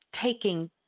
taking